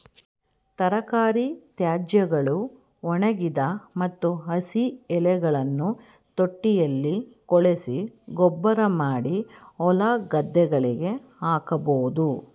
ತರಕಾರಿ ತ್ಯಾಜ್ಯಗಳು, ಒಣಗಿದ ಮತ್ತು ಹಸಿ ಎಲೆಗಳನ್ನು ತೊಟ್ಟಿಯಲ್ಲಿ ಕೊಳೆಸಿ ಗೊಬ್ಬರಮಾಡಿ ಹೊಲಗದ್ದೆಗಳಿಗೆ ಹಾಕಬೋದು